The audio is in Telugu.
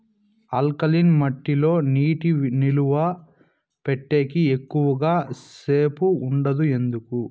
ఆల్కలీన్ మట్టి లో నీటి నిలువ పెట్టేకి ఎక్కువగా సేపు ఉండదు ఎందుకు